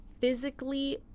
Physically